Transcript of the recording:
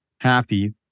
happy